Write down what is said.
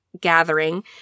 gathering